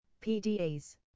PDAs